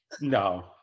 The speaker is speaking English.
No